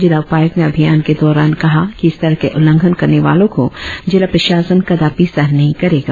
जिला उपायुक्त ने अभियान के दौरान कहा कि इस तरह के उल्लंघन करने वालों को जिला प्रशासन कदापी सहन नहीं करेगा